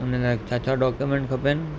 उन लाइ छा छा डॉक्यूमेंट खपनि